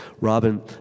Robin